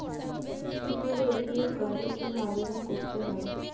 কিভাবে এ.টি.এম কার্ডের জন্য আবেদন করতে হয়?